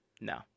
No